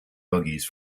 buggies